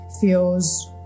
feels